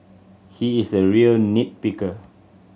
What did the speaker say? he is a real nit picker